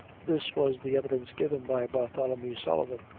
this was the evidence given by bartholomew sullivan.